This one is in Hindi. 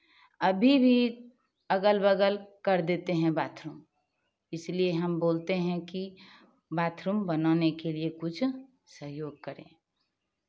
अभी भी अगल बगल कर देते हैं बाथरूम इसलिए हम बोलते हैं कि बाथरूम बनाने के लिए कुछ सहयोग करें